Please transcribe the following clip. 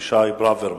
אבישי ברוורמן.